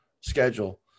schedule